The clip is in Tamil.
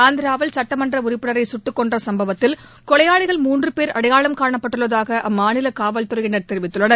ஆந்திராவில் சட்டமன்ற உறுப்பினரை சுட்டுக்கொன்ற சம்பவத்தில் கொலையாளிகள் மூன்று போ அடையாளம் காணப்பட்டுள்ளதாக அம்மாநில காவல்துறையினர் தெரிவித்துள்ளனர்